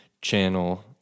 channel